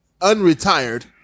unretired